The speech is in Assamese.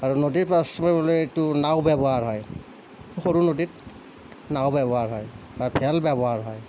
আৰু নদীত মাছ মাৰিবলৈ এইটো নাও ব্যৱহাৰ হয় সৰু নদীত নাও ব্যৱহাৰ হয় বা ভেল ব্যৱহাৰ হয়